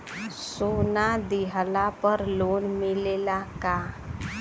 सोना दिहला पर लोन मिलेला का?